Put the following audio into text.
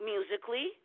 Musically